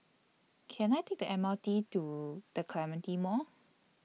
Can I Take The M R T to The Clementi Mall